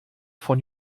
von